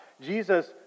Jesus